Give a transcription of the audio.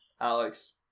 Alex